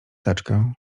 teczkę